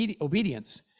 obedience